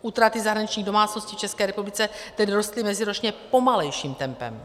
Útraty zahraničních domácností v České republice tedy rostly meziročně pomalejším tempem.